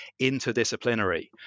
interdisciplinary